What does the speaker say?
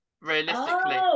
realistically